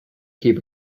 keep